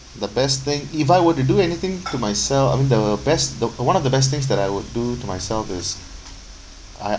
the best thing if I were to do anything to myself I mean the best the the one of the best thing that I would do to myself is I